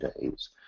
days